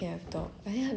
like that